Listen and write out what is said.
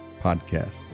podcast